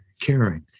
caring